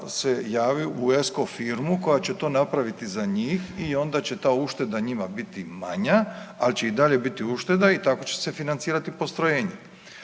se javi u ESCO firmu koja će to napraviti za njih i onda će ta ušteda njima biti manja, ali će i dalje biti ušteda i tako će se financirati postrojenje.